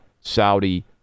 Saudi